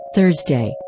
Thursday